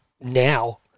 now